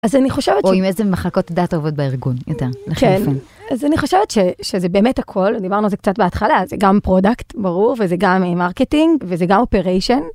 אז אני חושבת ש... או עם איזה מחכות דעת אהובות בארגון, יותר, לחליפון. אז אני חושבת שזה באמת הכל, דיברנו על זה קצת בהתחלה, זה גם פרודקט, ברור, וזה גם מרקטינג, וזה גם אופריישן.